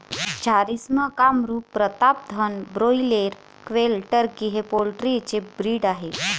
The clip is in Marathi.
Jharsim, Kamrup, Pratapdhan, broiler, quail, turkey हे पोल्ट्री चे ब्रीड आहेत